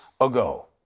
ago